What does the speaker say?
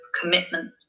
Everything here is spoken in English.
commitment